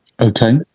Okay